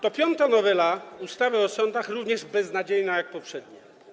To piąta nowela ustawy o sądach, równie beznadziejna jak poprzednie.